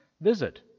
visit